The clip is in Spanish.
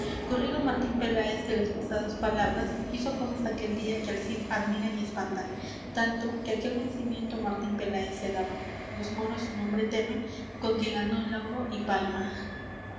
corrido martín peláez de las pasadas palabras hizo cosas aquel día que al cid admiran y espantan tanto que aquel vencimiento á martín peláez se daba los moros su nombre temen con que ganó lauro y palma